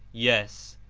yes,